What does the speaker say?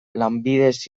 lanbidez